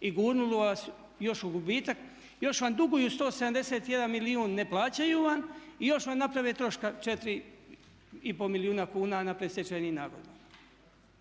i gurnulo vas još u gubitak. Još vam duguju 171 milijun, ne plaćaju vam i još vam naprave troška 4,5 milijuna kuna na predstečajnim nagodbama.